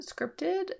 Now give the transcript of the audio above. scripted